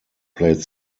played